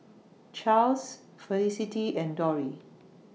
Charls Felicity and Dori